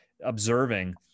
observing